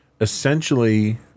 essentially